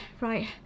Right